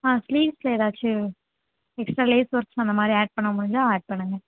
ஆ ஸ்லீவ்ஸில் ஏதாச்சும் extra lace works அந்தமாதிரி ஆட் பண்ண முடிஞ்சா ஆட் பண்ணுங்கள்